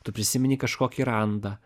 tu prisimeni kažkokį randą